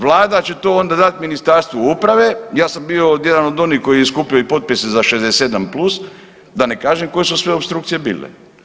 Vlada će to onda dati Ministarstvu uprave, ja sam bio jedan od onih koji je i skupljao potpise za 67+, da ne kažem koje su sve opstrukcije bile.